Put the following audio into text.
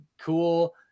cool